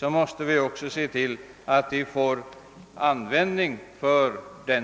måste vi också se till att de får användning för den.